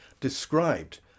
described